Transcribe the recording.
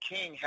King